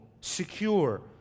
secure